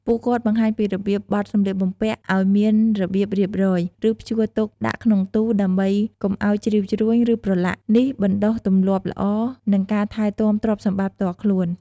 ពួកគាត់បង្ហាញពីរបៀបបត់សម្លៀកបំពាក់ឲ្យមានរបៀបរៀបរយ ឬព្យួរទុកដាក់ក្នុងទូ ដើម្បីកុំឲ្យជ្រីវជ្រួញ ឬប្រឡាក់។ នេះបណ្ដុះទម្លាប់ល្អ និងការថែទាំទ្រព្យសម្បត្តិផ្ទាល់ខ្លួន។